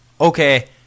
okay